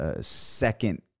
second